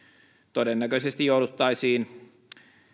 todennäköisesti jouduttaisiin